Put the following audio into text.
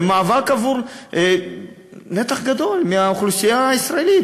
זה מאבק עבור נתח גדול מהאוכלוסייה הישראלית.